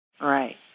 Right